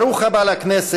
ברוך הבא לכנסת